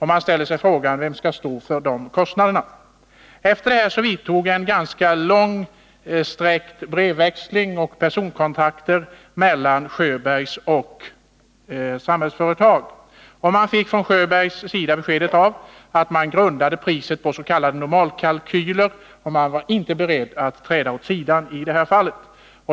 Man ställer sig frågan: Vem skall stå för de kostnaderna? Efter detta vidtog en i tiden ganska utsträckt brevväxling och personkontakter mellan Sjöbergs och Samhällsföretag. Man fick hos Sjöbergs beskedet att priset grundades på en s.k. normalkalkyl, och Samhällsföretag var inte beredd att träda åt sidan i det här fallet.